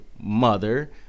mother